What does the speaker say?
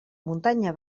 muntanya